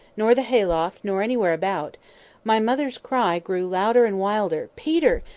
nor the hayloft, nor anywhere about my mother's cry grew louder and wilder, peter!